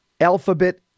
alphabet